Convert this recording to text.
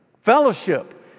Fellowship